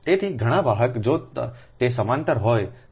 તેથી ઘણાં વાહક જો તે સમાંતર હોય તો